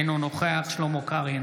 אינו נוכח שלמה קרעי,